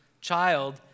child